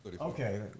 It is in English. Okay